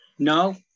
No